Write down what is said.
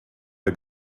der